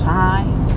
time